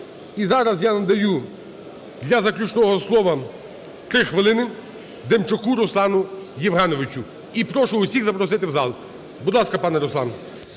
І зараз я надаю для заключного слова 3 хвилини Демчаку Руслану Євгеновичу. І прошу усіх запросити в зал. Будь ласка, пане Руслан.